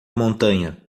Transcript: montanha